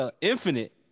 Infinite